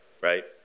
Right